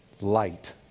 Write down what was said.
light